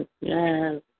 yes